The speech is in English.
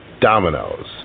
dominoes